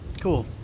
cool